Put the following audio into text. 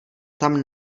tam